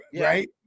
right